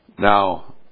Now